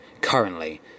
currently